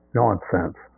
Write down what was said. nonsense